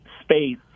space